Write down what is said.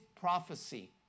prophecy